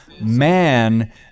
man